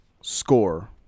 score